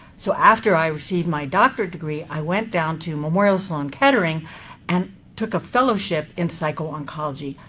so after i received my doctorate degree, i went down to memorial sloan kettering and took a fellowship in psycho-oncology,